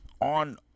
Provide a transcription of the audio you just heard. on